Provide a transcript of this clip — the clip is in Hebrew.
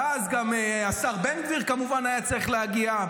ואז גם השר בן גביר, כמובן, היה צריך להגיע.